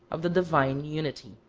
of the divine unity.